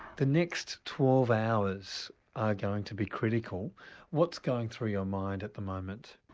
the next twelve hours are going to be critical what's going through your mind at the moment?